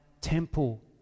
temple